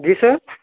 جی سر